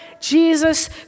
Jesus